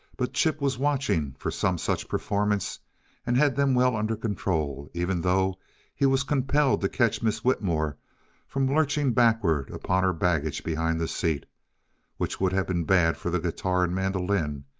but chip was watching for some such performance and had them well under control, even though he was compelled to catch miss whitmore from lurching backward upon her baggage behind the seat which would have been bad for the guitar and mandolin,